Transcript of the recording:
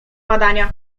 badania